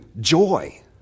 joy